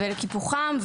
ולקיפוחם,